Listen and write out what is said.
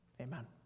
Amen